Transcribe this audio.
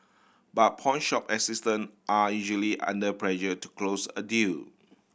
but pawnshop assistant are usually under pressure to close a deal